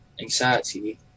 anxiety